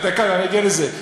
דקה, אני אגיע לזה.